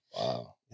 Wow